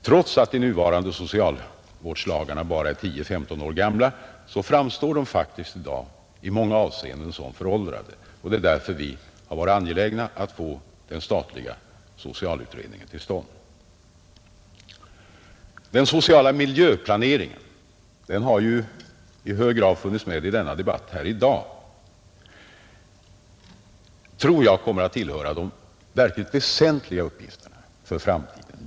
Trots att de nuvarande socialvårdslagarna bara är 10—15 år gamla framstår de faktiskt i dag i många avseenden som föråldrade, Det är därför som vi har varit angelägna att få den statliga socialutredningen till stånd. Den sociala miljöplaneringen, som ju i hög grad funnits med i denna debatt här i dag, tror jag kommer att tillhöra de verkligt väsentliga uppgifterna för framtiden.